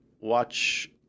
watch